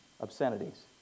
obscenities